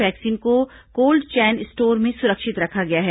vaccine को cold chain store में सुरक्षित रखा गया है